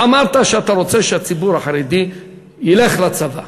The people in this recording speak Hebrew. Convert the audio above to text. אמרת שאתה רוצה שהציבור החרדי ילך לצבא.